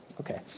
Okay